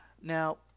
Now